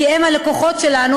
כי הוא הלקוח שלנו,